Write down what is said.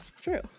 true